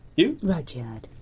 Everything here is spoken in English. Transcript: you? rudyard!